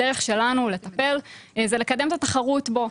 הדרך שלנו לטפל היא לקדם את התחרות בו,